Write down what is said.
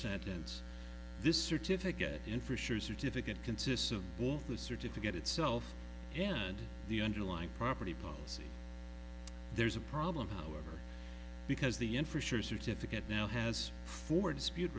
sentence this certificate in fisher's certificate consists of both a certificate itself and the underlying property policy there's a problem however because the in for sure certificate now has four dispute